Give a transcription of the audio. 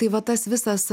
tai va tas visas